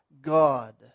God